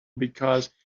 because